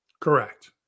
Correct